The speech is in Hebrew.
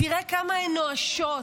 תראה כמה הן נואשות,